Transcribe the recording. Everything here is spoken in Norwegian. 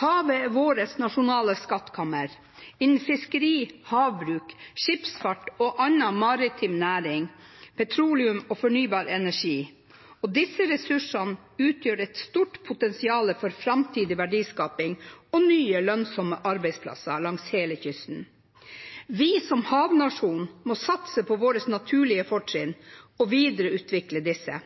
Havet er vårt nasjonale skattkammer, innen fiskeri, havbruk, skipsfart og annen maritim næring, petroleum og fornybar energi. Disse ressursene utgjør et stort potensial for framtidig verdiskaping og nye lønnsomme arbeidsplasser langs hele kysten. Vi som havnasjon må satse på våre naturlige fortrinn og videreutvikle disse.